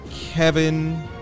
Kevin